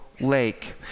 lake